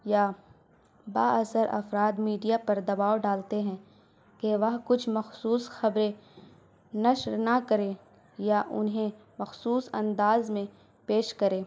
یا با اثر افراد میڈیا پر دباؤ ڈالتے ہیں کہ وہ کچھ مخصوص خبریں نشر نہ کریں یا انہیں مخصوص انداز میں پیش کریں